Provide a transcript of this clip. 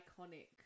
iconic